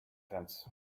fence